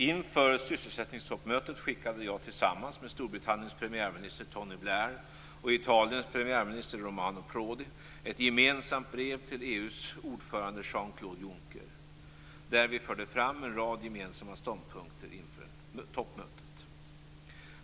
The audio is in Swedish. Inför sysselsättningstoppmötet skickade jag tillsammans med Storbritanniens premiärminister Tony Blair och Italiens premiärminister Romano Prodi ett gemensamt brev till EU:s ordförande Jean-Claude Juncker. Där förde vi fram en rad gemensamma ståndpunkter inför toppmötet.